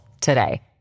today